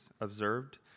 observed